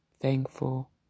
thankful